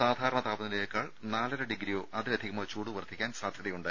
സാധാരണ താപനിലയേക്കാൾ നാലര ഡിഗ്രിയോ അതിലധികമോ ചൂട് വർധിക്കാൻ സാധ്യതയുണ്ട്